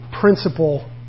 principle